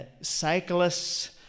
cyclists